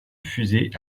fusées